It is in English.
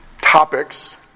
topics